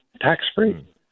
tax-free